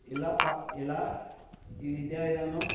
ఇలా పా ఇలా ఈ విద్యావిధానం